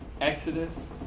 Exodus